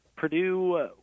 Purdue